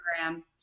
program